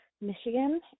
Michigan